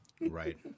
right